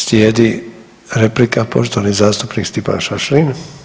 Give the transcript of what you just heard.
Slijedi replika, poštovani zastupnik Stipan Šašlin.